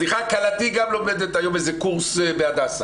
סליחה, כלתי גם לומדת היום איזה קורס בהדסה.